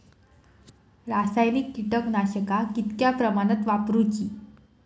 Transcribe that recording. रासायनिक कीटकनाशका कितक्या प्रमाणात वापरूची?